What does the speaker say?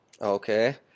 Okay